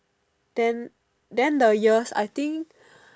then then the years I think